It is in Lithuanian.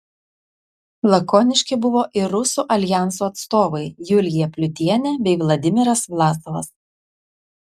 lakoniški buvo ir rusų aljanso atstovai julija pliutienė bei vladimiras vlasovas